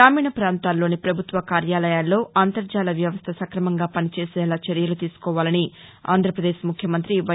గ్రామీణ ప్రాంతాల్లోని పభుత్వ కార్యాల్లో అంతర్జాల వ్యవస్థ సక్రమంగా వనిచేసేలా చర్యలు తీసుకోవాలని ఆంధ్రాపదేశ్ ముఖ్యమంతి వై